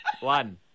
One